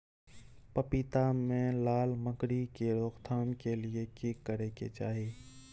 पपीता मे लाल मकरी के रोक थाम के लिये की करै के चाही?